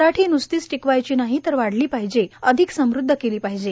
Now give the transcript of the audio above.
मराठी न्सती टिकवायची नाही तर वाढली पाहिजे अधिक समृध्द केली पाहिजे